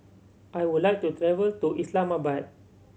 I would like to travel to Islamabad